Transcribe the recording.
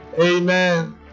Amen